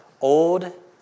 old